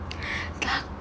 tak